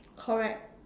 correct